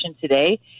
today